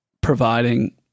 providing